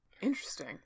Interesting